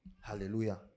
hallelujah